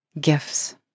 gifts